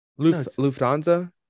Lufthansa